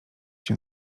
się